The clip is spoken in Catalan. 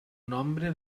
nombre